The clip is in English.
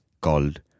called